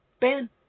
Ben